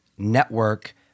network